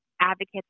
advocates